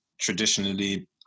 traditionally